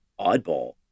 oddball